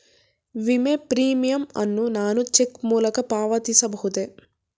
ವಿಮೆ ಪ್ರೀಮಿಯಂ ಅನ್ನು ನಾನು ಚೆಕ್ ಮೂಲಕ ಪಾವತಿಸಬಹುದೇ?